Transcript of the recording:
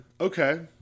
Okay